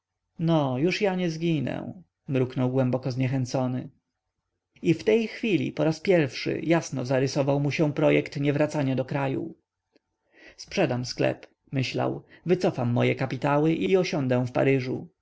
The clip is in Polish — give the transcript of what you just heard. no już ja nie zginę mruknął głęboko zniechęcony i w tej chwili poraz pierwszy jasno zarysował mu się projekt niewracania do kraju sprzedam sklep myślał wycofam moje kapitały i osiądę w paryżu